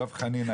דב חנין,